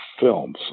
films